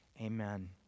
amen